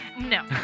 No